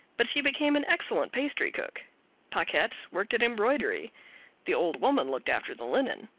but she became an excellent pastry cook paquette worked at embroidery the old woman looked after the linen.